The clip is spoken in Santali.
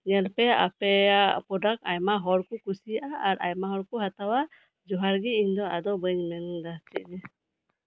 ᱧᱮᱞ ᱯᱮ ᱟᱯᱮᱭᱟᱜ ᱯᱨᱳᱰᱟᱠᱴ ᱟᱭᱢᱟ ᱦᱚᱲ ᱠᱚ ᱠᱩᱥᱤᱭᱟᱜᱼᱟ ᱟᱨ ᱟᱭᱢᱟ ᱦᱚᱲ ᱠᱚ ᱦᱟᱛᱟᱣᱟ ᱡᱚᱦᱟᱨ ᱜᱮ ᱤᱧ ᱫᱚ ᱟᱫᱚ ᱵᱟᱹᱧ ᱢᱮᱱ ᱫᱟ ᱪᱮᱫ ᱜᱮ